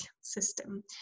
system